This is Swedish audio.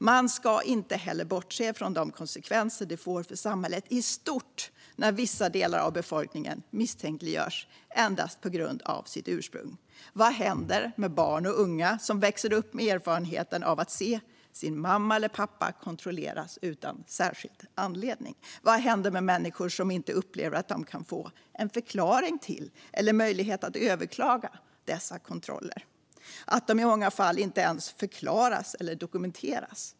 Man ska heller inte bortse från de konsekvenser det får för samhället i stort när vissa delar av befolkningen misstänkliggörs endast på grund av sitt ursprung. Vad händer med barn och unga som växer upp med erfarenheten av att se sin mamma eller pappa kontrolleras utan särskild anledning? Vad händer med människor som inte upplever att de kan få en förklaring till - eller möjlighet att överklaga - dessa kontroller, som i många fall inte ens förklarats eller dokumenterats?